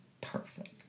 perfect